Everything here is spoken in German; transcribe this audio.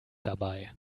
dabei